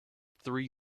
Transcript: three